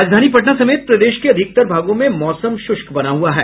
राजधानी पटना समेत प्रदेश के अधिकतर भागों में मौसम श्रष्क बना हुआ है